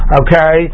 okay